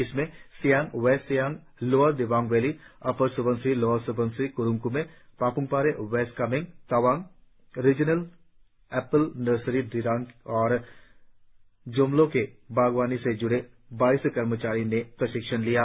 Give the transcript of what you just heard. इसमें Siang west Siang lower Dibang valley upper Subansiri lower Subansiri Kurung Kumey Papumpare west Kameng Tawang regional apple nursery Dirang और जोम्लो के बागवानी से ज्ड़े बाईस कर्मचारियों ने भी प्रशिक्षण लिया